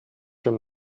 from